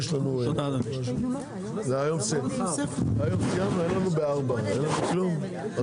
הישיבה ננעלה בשעה 10:52.